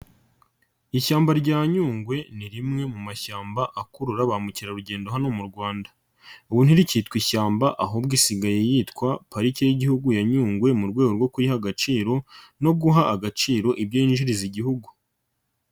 Ishyamba rya Nyungwe ni rimwe mu mashyamba akurura ba mukerarugendo hano mu Rwanda, ubu ntirikitwa ishyamba ahubwo isigaye yitwa Pariki y'Igihugu ya Nyungwe mu rwego rwo kuyiha agaciro no guha agaciro ibyo yinjiriza Igihugu.